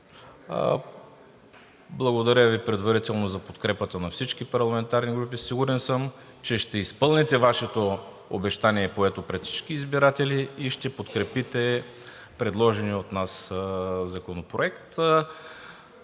Благодаря предварително за подкрепата на всички парламентарни групи. Сигурен съм, че ще изпълните Вашето обещание, поето пред всички избиратели, и ще подкрепите предложения от нас законопроект.